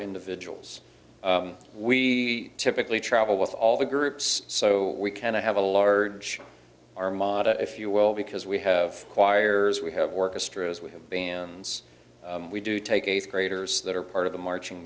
individuals we typically travel with all the groups so we can i have a large armada if you will because we have choirs we have orchestras we have bands we do take eighth graders that are part of the marching